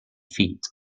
feet